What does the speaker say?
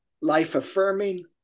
life-affirming